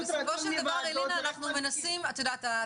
את יודעת,